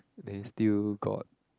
then still got